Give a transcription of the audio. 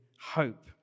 hope